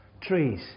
trees